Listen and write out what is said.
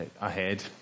ahead